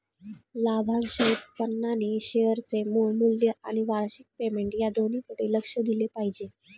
लाभांश उत्पन्नाने शेअरचे मूळ मूल्य आणि वार्षिक पेमेंट या दोन्हीकडे लक्ष दिले पाहिजे